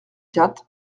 quatre